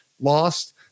lost